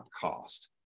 cost